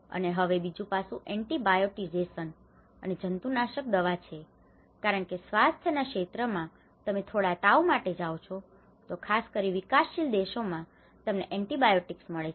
અને હવે બીજું પાસું એન્ટિબાયોટીઝેશન અને જંતુનાશક દવા છે કારણ કે સ્વાસ્થાય ના ક્ષેત્રમાં તમે થોડા તાવ માટે જાઓ છો તો ખાસ કરીને વિકાસશીલ દેશો માં તમને એન્ટીબાયોટીક્સ મળે છે